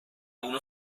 uno